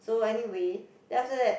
so anyway then after that